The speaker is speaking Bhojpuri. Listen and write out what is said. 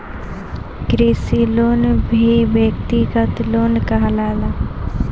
कृषि लोन भी व्यक्तिगत लोन कहाला